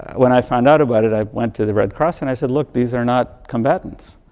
when i found out about it, i went to the red cross and i said, look, these are not combatants.